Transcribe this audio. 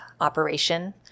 operation